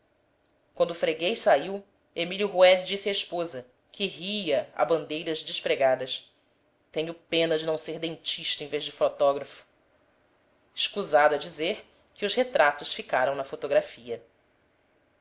o freguês saiu emílio roude disse à esposa que ria a bandeiras despregadas tenho pena de não ser dentista em vez de fotógrafo escusado é dizer que os retratos ficaram na fotografia